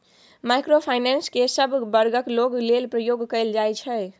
micro finance केँ सब बर्गक लोक लेल प्रयोग कएल जाइ छै